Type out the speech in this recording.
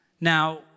Now